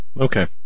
Okay